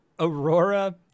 Aurora